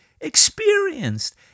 experienced